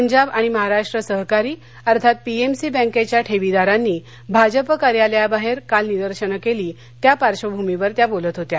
पंजाब आणि महाराष्ट्र सहकारी अर्थात पीएमसी बँकख्या ठर्षीदारांनी भाजप कार्यालयाबाहधिकाल निदर्शनं क्वी त्या पार्वभूमीवर त्या बोलत होत्या